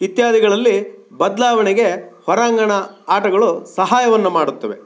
ಇತ್ಯಾದಿಗಳಲ್ಲಿ ಬದಲಾವಣೆಗೆ ಹೊರಾಂಗಣ ಆಟಗಳು ಸಹಾಯವನ್ನು ಮಾಡುತ್ತವೆ